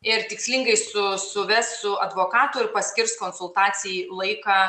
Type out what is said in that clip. ir tikslingai su suves su advokatu ir paskirs konsultacijai laiką